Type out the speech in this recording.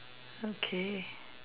okay